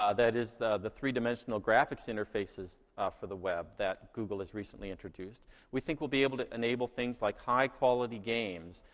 um that is the three dimmensional graphics interfaces for the web that google has recently introduced, we think we'll be able to enable things like high quality games,